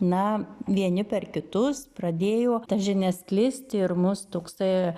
na vieni per kitus pradėjo tą žinią skleisti ir mus toksai